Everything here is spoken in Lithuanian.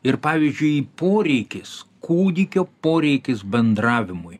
ir pavyzdžiui poreikis kūdikio poreikis bendravimui